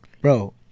bro